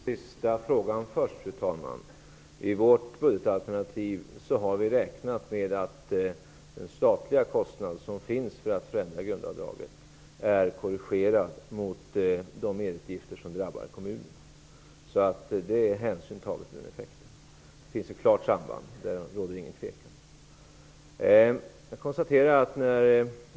Fru talman! Jag börjar med den avslutande frågan. I vårt budgetalternativ har vi räknat med att den statliga kostnaden för att rädda grundavdraget är korrigerad mot de merutgifter som drabbar kommunerna. Det är alltså hänsyn tagen till den effekten. Det finns ett klart samband, därom råder inga tvivel.